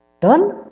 done